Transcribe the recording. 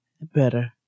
Better